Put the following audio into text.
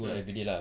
ah